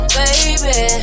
baby